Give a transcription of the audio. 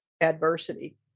adversity